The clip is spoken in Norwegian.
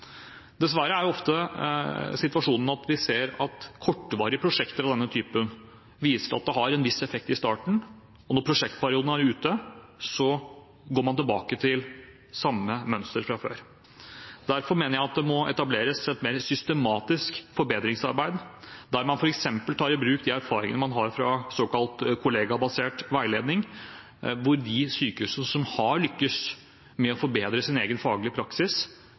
Dessverre er ofte situasjonen at vi ser at kortvarige prosjekter av denne typen viser at det har en viss effekt i starten, og når prosjektperioden er ute, går man tilbake til samme mønster som før. Derfor mener jeg at det må etableres et mer systematisk forbedringsarbeid der man f.eks. tar i bruk de erfaringene man har fra såkalt kollegabasert veiledning, hvor de sykehusene som har lykkes med å forbedre sin egen faglige praksis,